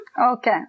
Okay